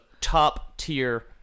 top-tier